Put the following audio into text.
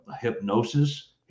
hypnosis